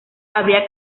habría